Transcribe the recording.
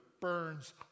burns